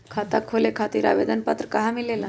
खाता खोले खातीर आवेदन पत्र कहा मिलेला?